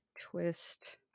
Twist